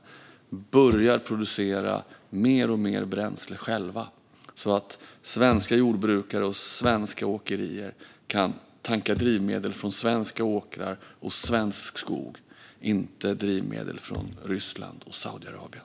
Vi behöver börja producera mer och mer bränsle själva så att svenska jordbrukare och svenska åkerier kan tanka drivmedel från svenska åkrar och svensk skog, inte drivmedel från Ryssland och Saudiarabien.